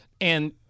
And-